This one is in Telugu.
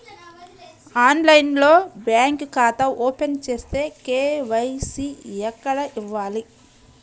ఆన్లైన్లో బ్యాంకు ఖాతా ఓపెన్ చేస్తే, కే.వై.సి ఎక్కడ ఇవ్వాలి?